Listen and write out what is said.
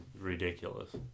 ridiculous